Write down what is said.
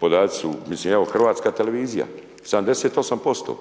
podaci su, mislim hrvatska televizija, 78%